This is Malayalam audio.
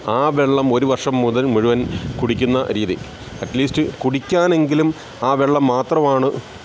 ആ വെള്ളം ഒരു വർഷം മുതൽ മുഴുവൻ കുടിക്കുന്ന രീതി അറ്റ് ലീസ്റ് കുടിക്കാനെങ്കിലും ആ വെള്ളം മാത്രമാണ്